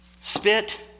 spit